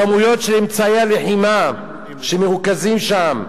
כמויות אמצעי הלחימה שמרוכזות שם.